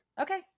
okay